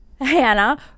Hannah